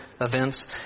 events